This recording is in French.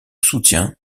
soutien